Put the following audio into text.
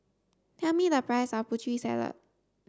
tell me the price of Putri Salad